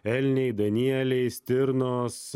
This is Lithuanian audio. elniai danieliai stirnos